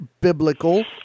biblical